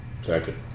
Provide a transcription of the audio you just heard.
Second